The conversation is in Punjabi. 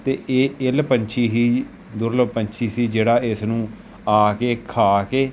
ਅਤੇ ਇਹ ਇਲ੍ਹ ਪੰਛੀ ਹੀ ਦੁਰਲੱਭ ਪੰਛੀ ਸੀ ਜਿਹੜਾ ਇਸ ਨੂੰ ਆ ਕੇ ਖਾ ਕੇ